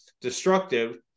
destructive